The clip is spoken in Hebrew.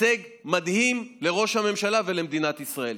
הישג מדהים לראש הממשלה ולמדינת ישראל.